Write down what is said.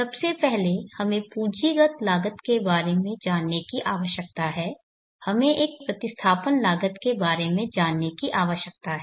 सबसे पहले हमें पूंजीगत लागत के बारे में जानने की आवश्यकता है हमें एक प्रतिस्थापन लागत के बारे में जानने की आवश्यकता है